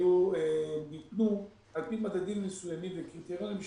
ניתנו על פי מדדים מסוימים וקריטריונים,